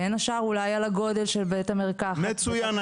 בין השאר אולי את הגודל של בית המרקחת -- מצוין,